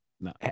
no